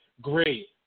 great